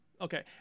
Okay